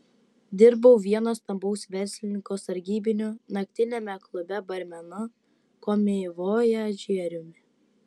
dirbau vieno stambaus verslininko sargybiniu naktiniame klube barmenu komivojažieriumi